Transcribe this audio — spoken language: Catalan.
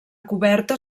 coberta